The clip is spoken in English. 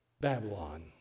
Babylon